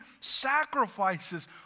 sacrifices